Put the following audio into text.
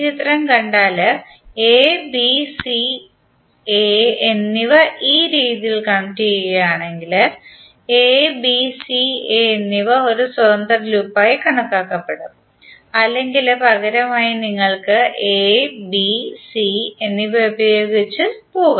ഈ ചിത്രം കണ്ടാൽ എ ബി സി എ എന്നിവ ഈ രീതിയിൽ കണക്റ്റുചെയ്യുകയാണെങ്കിൽ എ ബി സി എ എന്നിവ ഒരു സ്വതന്ത്ര ലൂപ്പായി കണക്കാക്കപ്പെടും അല്ലെങ്കിൽ പകരമായി നിങ്ങൾക്ക് എ ബി സി എന്നിവ ഉപയോഗിച്ച് പോകാം